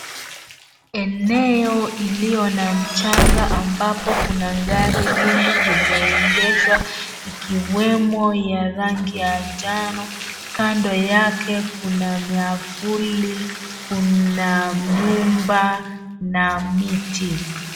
Eneo iliyo na mchanga ambapo kuna gari mingi zimeegeshwa ikiwemo ya rangi ya njano. Kando yake kuna miavuli, kuna nyumba na miti.